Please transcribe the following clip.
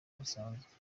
busanzwe